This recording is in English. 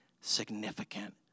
significant